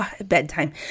bedtime